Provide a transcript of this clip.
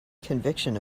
conviction